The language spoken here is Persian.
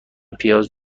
پیاز